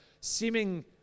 seeming